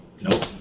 Nope